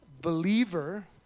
believer